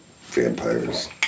vampires